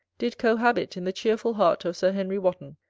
did cohabit in the cheerful heart of sir henry wotton,